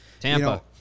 Tampa